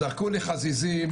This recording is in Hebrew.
זרקו לי חזיזים,